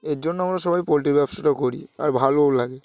এর জন্য আমরা সবাই পোলট্রির ব্যবসাটা করি আর ভালোও লাগে